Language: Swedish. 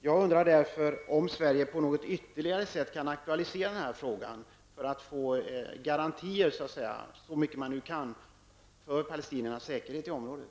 Jag undrar därför om Sverige på något sätt kan ytterligare aktualisera den här frågan för att man skall, så långt det är möjligt, få garantier för palestiniernas säkerhet i området.